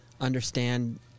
understand